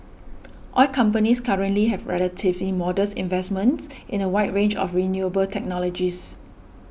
oil companies currently have relatively modest investments in a wide range of renewable technologies